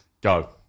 go